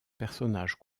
personnage